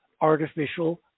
artificial